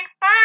Bye